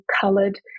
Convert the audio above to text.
coloured